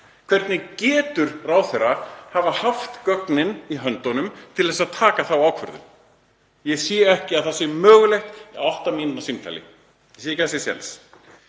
Hvernig getur ráðherra hafa haft gögnin í höndunum til að taka þá ákvörðun? Ég sé ekki að það sé mögulegt í átta mínútna símtali, ég sé ekki að það sé séns.